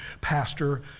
Pastor